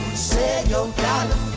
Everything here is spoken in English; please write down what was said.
your dollar